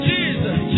Jesus